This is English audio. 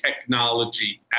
technology